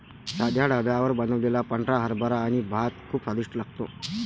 साध्या ढाब्यावर बनवलेला पांढरा हरभरा आणि भात खूप स्वादिष्ट लागतो